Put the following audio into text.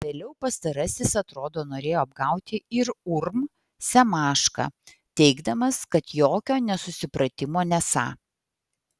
vėliau pastarasis atrodo norėjo apgauti ir urm semašką teigdamas kad jokio nesusipratimo nesą